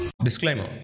Disclaimer